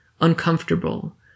uncomfortable